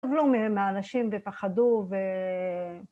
קבלו מהאנשים ופחדו ו...